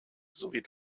sowie